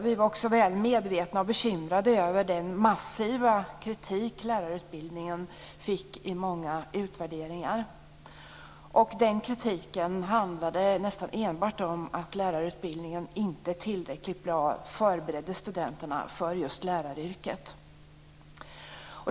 Vi var väl medvetna om, och bekymrade över, den massiva kritik som lärarutbildningen fick i många utvärderingar. Denna kritik handlade nästan enbart om att lärarutbildningen inte tillräckligt väl förberedde studenterna för läraryrket.